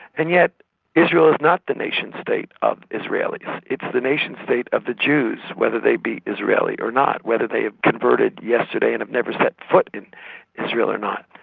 and yet israel is not the nation state of israelis. it's the nation state of the jews, whether they be israeli or not, whether they have converted yesterday and have never set foot in israel or not.